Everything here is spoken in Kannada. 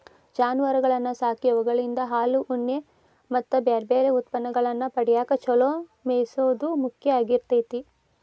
ಜಾನುವಾರಗಳನ್ನ ಸಾಕಿ ಅವುಗಳಿಂದ ಹಾಲು, ಉಣ್ಣೆ ಮತ್ತ್ ಬ್ಯಾರ್ಬ್ಯಾರೇ ಉತ್ಪನ್ನಗಳನ್ನ ಪಡ್ಯಾಕ ಚೊಲೋ ಮೇಯಿಸೋದು ಮುಖ್ಯ ಆಗಿರ್ತೇತಿ